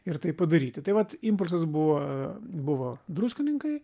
ir tai padaryti tai vat impulsas buvo buvo druskininkai